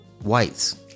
whites